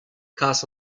kas